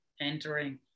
entering